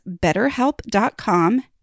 betterhelp.com